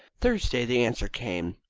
thursday the answer came.